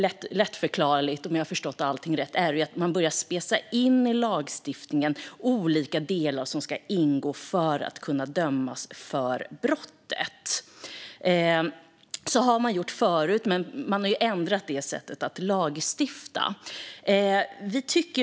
Lättförklarligt specificerar man i lagstiftningen vad som ska ingå för att någon ska kunna dömas för brottet. Numera har man ändrat sättet att lagstifta.